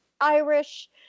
Irish